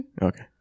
Okay